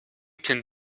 can